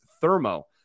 Thermo